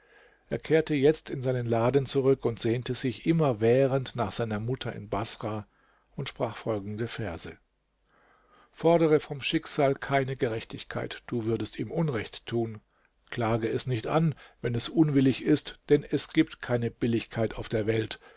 er kehrte jetzt in seinen laden zurück und sehnte sich immerwährend nach seiner mutter in baßrah und sprach folgende verse fordere vom schicksal keine gerechtigkeit du würdest ihm unrecht tun klage es nicht an wenn es unwillig ist denn es gibt keine billigkeit auf der welt